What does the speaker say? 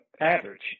average